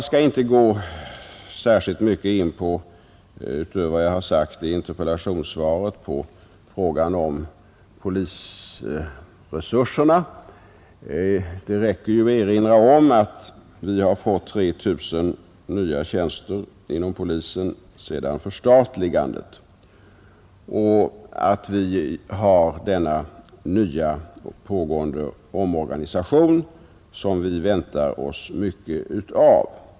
Jag skall inte — utöver vad jag har gjort i interpellationssvaret — fördjupa mig i frågan om polisresurserna. Det räcker att erinra om att polisen fått 3 000 nya tjänster sedan förstatligandet och om att en omorganisation pågår som vi väntar oss mycket av.